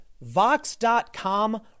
Vox.com